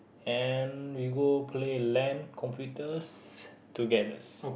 and we go play lan computers together